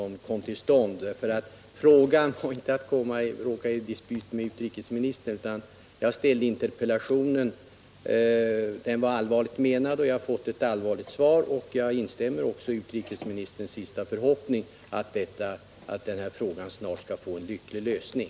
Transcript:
Min mening med interpellationen var inte att råka i dispyt med utrikesministern — interpellationen var allvarligt menad, och jag har fått ett allvarligt svar. Jag instämmer i utrikesministerns förhoppning att denna fråga snart skall få en lycklig lösning.